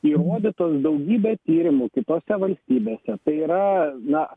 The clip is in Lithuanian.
įrodytos daugybe tyrimų kitose valstybėse tai yra na